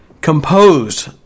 composed